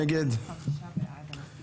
הצבעה התקבלה ההצבעה בעד נושא חדש, התקבלה.